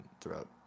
throughout